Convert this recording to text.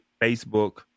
Facebook